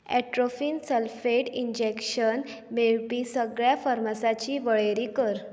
atropine sulphate injection मेळपी सगळ्या फार्मासांची वळेरी कर